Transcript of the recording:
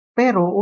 pero